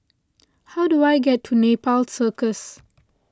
how do I get to Nepal Circus